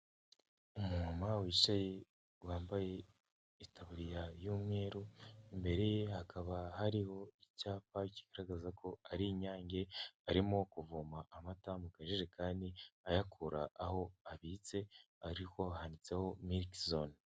Umuntu wicaye wambaye itabuririya y'umweru imbere ye hakaba hariho icyapa kigaragaza ko ari inyange arimo kuvoma amataka muka jerekani kandi ayakura aho abitse ariko handitseho milk zone.